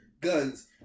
guns